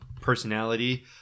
Personality